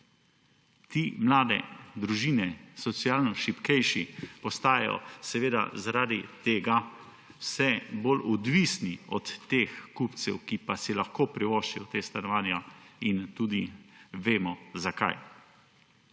Mlade družine, socialno šibkejši postajajo zaradi tega vse bolj odvisni od teh kupcev, ki pa si lahko privoščijo ta stanovanja, in tudi vemo, zakaj.